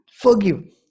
Forgive